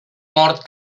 mort